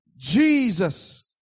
Jesus